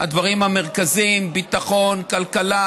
הדברים המרכזיים: ביטחון, כלכלה,